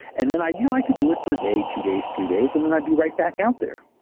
and then i you know i could do it for a day, two days, three days, and then i would be right back out there.